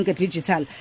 digital